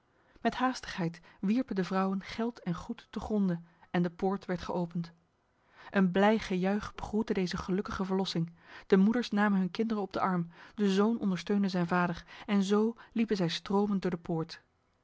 met haastigheid wierpen de vrouwen geld en goed te gronde en de poort werd geopend een blij gejuich begroette deze gelukkige verlossing de moeders namen hun kinderen op de arm de zoon ondersteunde zijn vader en zo liepen zij stromend door de poort